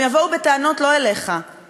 הם יבואו בטענות לא אליך,